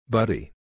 Buddy